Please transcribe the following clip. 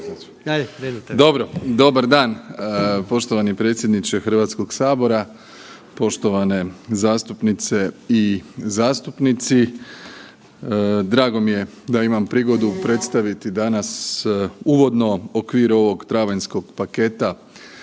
Dobar dan poštovani predsjedniče HS, poštovane zastupnice i zastupnici. Drago mi je da imam prigodu predstaviti danas uvodno u okviru ovog travanjskog paketa